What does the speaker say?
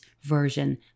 version